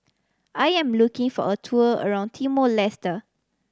I am looking for a tour around Timor Leste